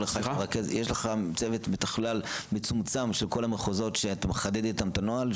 יש לך צוות מתכלל מצומצם של כל המחוזות שאתה מחדד איתם את הנוהל?